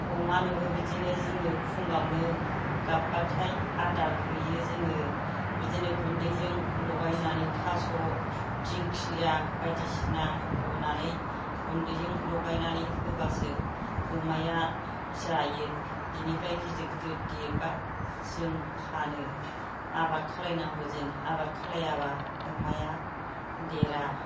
अमानोबो बिदिनो जोङो फुङावनो गाबबाथाय आदार हैयो जोङो बिदिनो गुन्दैजों लगायनानै थास' दिंखिया बायदिसिना रुनानै गुन्दैजों लगायनानै होबासो अमाया जायो बिनिफ्राय गिदिर गिदिर देरबा जों फानो आबार खालामनांगौ जों आबार खालामाबा अमाया देरा